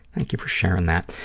thank you for sharing that.